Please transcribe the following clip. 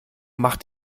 macht